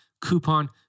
coupon